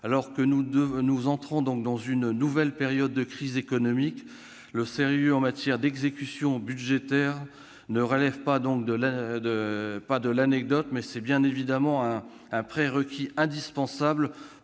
Alors que nous entrons dans une nouvelle période de crise économique, le sérieux en matière d'exécution budgétaire ne relève donc pas de l'anecdote. C'est même un prérequis indispensable